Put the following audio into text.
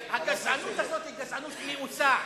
הגזענות הזאת היא גזענות מאוסה.